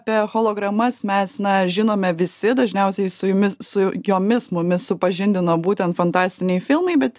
apie hologramas mes na žinome visi dažniausiai su jumis su jomis mumis supažindino būtent fantastiniai filmai bet